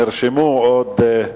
נרשמו עוד,